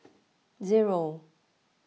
zero